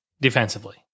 defensively